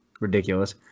ridiculous